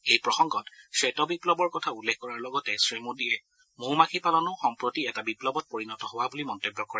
এই প্ৰসংগত গ্বেতবিপ্লৱৰ কথা উল্লেখ কৰাৰ লগতে শ্ৰীমোদীয়ে মৌ মাখি পালনো সম্প্ৰতি এটা বিপ্লৱত পৰিণত হোৱা পৰিলক্ষিত হৈছে বুলি মন্তব্য কৰে